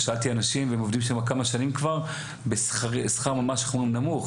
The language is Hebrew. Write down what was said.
שאלתי אנשים והם עובדים שם כמה שנים כבר בשכר ממש נמוך,